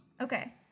Okay